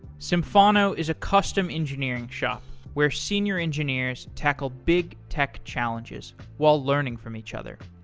symphono is a custom engineering shop where senior engineers tackle big tech challenges while learning from each other.